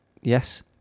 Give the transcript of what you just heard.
yes